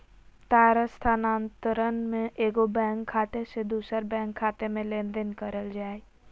तार स्थानांतरण में एगो बैंक खाते से दूसर बैंक खाते में लेनदेन करल जा हइ